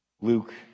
Luke